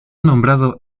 nombrado